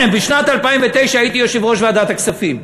בשנת 2009 הייתי יושב-ראש ועדת הכספים.